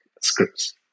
scripts